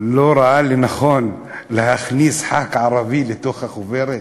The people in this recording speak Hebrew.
לא ראה לנכון להכניס חבר כנסת ערבי לתוך החוברת?